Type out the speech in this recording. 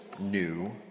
new